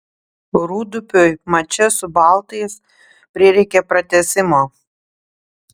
rūdupiui mače su baltais prireikė pratęsimo